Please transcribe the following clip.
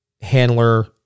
handler